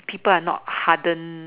people are not harden